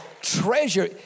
treasure